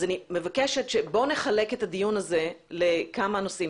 אז בוא נחלק את הדיון הזה לכמה נושאים.